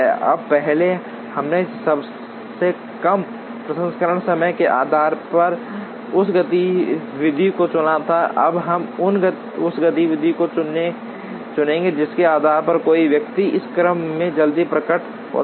अब पहले हमने सबसे कम प्रसंस्करण समय के आधार पर उस गतिविधि को चुना था अब हम उस गतिविधि को चुनेंगे जिसके आधार पर कोई व्यक्ति इस क्रम में जल्दी प्रकट होता है